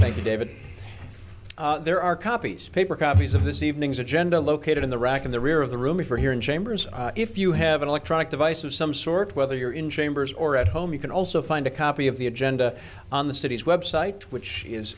david there are copies paper copies of this evening's agenda located in the rack in the rear of the room for here in chambers if you have an electronic device of some sort whether you're in chambers or at home you can also find a copy of the agenda on the city's website which is